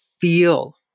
feel